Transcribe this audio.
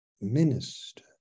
Minister